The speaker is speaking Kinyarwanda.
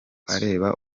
areba